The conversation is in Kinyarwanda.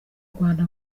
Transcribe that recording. rwanda